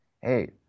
Hey